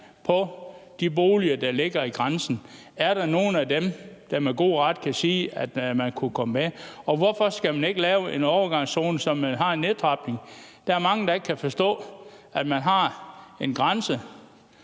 på de boliger, der ligger på grænsen, og om der er nogle af dem, som man med god ret kan sige kunne komme med. Og hvorfor skal man ikke lave en overgangszone, så man har en nedtrapning? Der er mange, der ikke kan forstå, at man har en grænse.